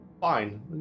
fine